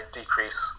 decrease